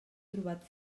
trobat